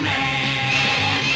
Man